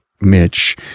Mitch